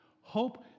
Hope